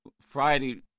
Friday